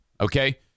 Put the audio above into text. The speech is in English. okay